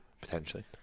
Potentially